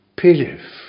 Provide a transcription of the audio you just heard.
pilif